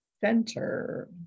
center